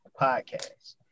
Podcast